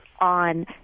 on